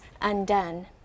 undone